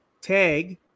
tag